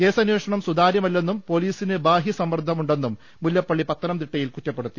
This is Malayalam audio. കേസന്വേഷണം സുതാര്യമല്ലെന്നും പൊലീസിന് ബാഹ്യസമ്മർദ്ദ മുണ്ടെന്നും മുല്ലപ്പള്ളി പത്തനംതിട്ടയിൽ കുറ്റപ്പെടുത്തി